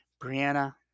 Brianna